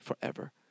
forever